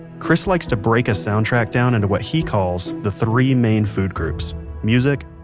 chris likes to break a soundtrack down into what he calls, the three main food groups music,